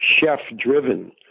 chef-driven